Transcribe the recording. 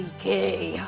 kay,